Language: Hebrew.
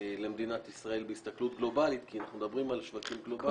למדינת ישראל בהסתכלות גלובלית כי אנחנו מדברים על שווקים גלובליים.